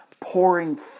pouring